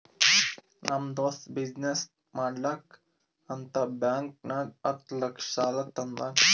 ನಮ್ ದೋಸ್ತ ಬಿಸಿನ್ನೆಸ್ ಮಾಡ್ಲಕ್ ಅಂತ್ ಬ್ಯಾಂಕ್ ನಾಗ್ ಹತ್ತ್ ಲಕ್ಷ ಸಾಲಾ ತಂದಾನ್